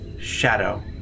shadow